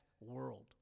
world